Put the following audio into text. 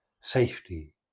safety